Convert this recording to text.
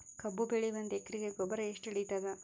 ಕಬ್ಬು ಬೆಳಿ ಒಂದ್ ಎಕರಿಗಿ ಗೊಬ್ಬರ ಎಷ್ಟು ಹಿಡೀತದ?